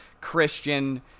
Christian